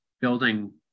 building